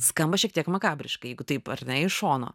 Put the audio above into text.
skamba šiek tiek makabriškai jeigu taip ar ne iš šono